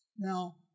Now